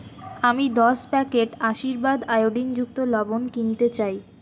আমি দশ প্যাকেট আশীর্বাদ আয়োডিনযুক্ত লবণ কিনতে চাই